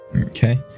Okay